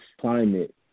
climate